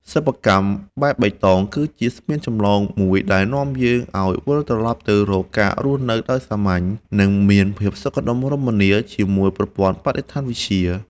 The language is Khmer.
សិប្បកម្មបែបបៃតងគឺជាស្ពានចម្លងមួយដែលនាំយើងឱ្យវិលត្រឡប់ទៅរកការរស់នៅដោយសាមញ្ញ និង មានភាពសុខដុមរមនាជាមួយប្រព័ន្ធបរិស្ថានវិទ្យា។